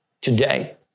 today